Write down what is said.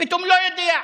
פתאום לא יודע.